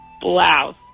blouse